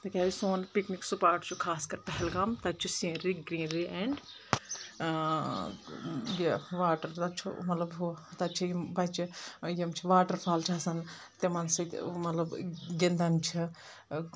تِکیازِ سون picnic spot چُھ خاص کر پہلگام تتہِ چھ سیٖنری گریٖنری اینڈ یہِ واٹر تَتہِ چھ مطلَب ہہُ تَتہِ چھ یِم بچہٕ یِم چھ واٹر فال چھ آسان تِمَن سۭتۍ مطلب گندان چھ